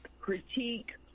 critique